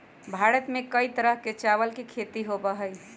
भारत में कई तरह के चावल के खेती होबा हई